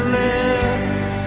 lips